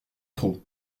trot